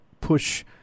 push